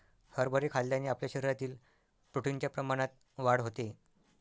हरभरे खाल्ल्याने आपल्या शरीरातील प्रोटीन च्या प्रमाणात वाढ होते